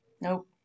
nope